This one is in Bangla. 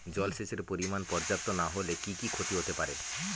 জলসেচের পরিমাণ পর্যাপ্ত না হলে কি কি ক্ষতি হতে পারে?